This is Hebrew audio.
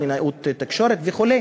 קלינאות תקשורת וכו'.